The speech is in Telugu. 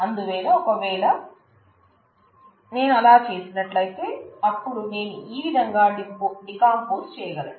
అందువల్ల ఒకవేళ నేను అలా చేసినట్లయితే అప్పుడు నేను ఈ విధంగా డీకంపోజ్ చేయగలను